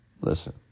Listen